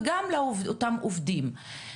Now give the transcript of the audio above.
וגם לאותם עובדים.